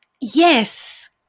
Yes